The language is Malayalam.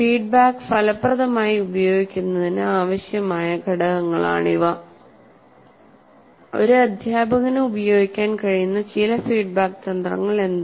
ഫീഡ്ബാക്ക് ഫലപ്രദമായി ഉപയോഗിക്കുന്നതിന് ആവശ്യമായ ഘടകങ്ങളാണിവ ഒരു അധ്യാപകന് ഉപയോഗിക്കാൻ കഴിയുന്ന ചില ഫീഡ്ബാക്ക് തന്ത്രങ്ങൾ ഏതാണ്